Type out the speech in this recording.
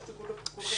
שלא הייתה אלכוהוליסטית.